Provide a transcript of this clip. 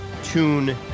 tune